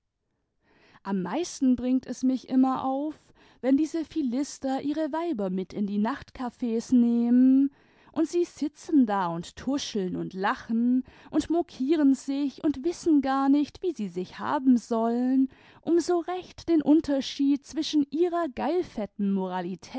am meisten bringt es mich immer auf wenn diese philister ihre weiber mit in die nachtcafs nehmen und sie sitzen da und tuscheln und lachen und mokieren sich und wissen gar nicht wie sie sich haben sollen um so recht den unterschied zwischen ihrer